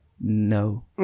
no